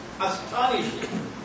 Astonishing